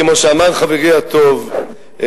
כמו שאמר חברי הטוב,